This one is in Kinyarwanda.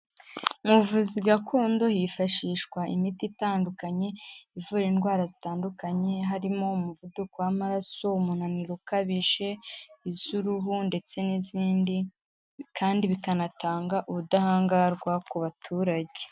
Mu buvuzi gakondo hifashishwa imiti itandukanye ivura indwara zitandukanye, harimo umuvuduko w'amaraso, umunaniro ukabije, iz'uruhu ndetse n'izindi kandi bikanatanga ubudahangarwa ku baturage.